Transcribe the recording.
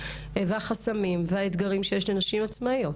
החסמים והאתגרים שיש לנשים עצמאיות,